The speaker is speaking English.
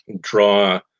draw